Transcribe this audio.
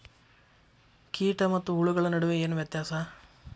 ಕೇಟ ಮತ್ತು ಹುಳುಗಳ ನಡುವೆ ಏನ್ ವ್ಯತ್ಯಾಸ?